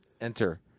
enter